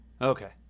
Okay